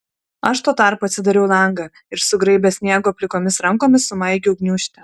aš tuo tarpu atsidariau langą ir sugraibęs sniego plikomis rankomis sumaigiau gniūžtę